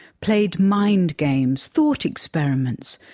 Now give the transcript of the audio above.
played mind games, thought experiments,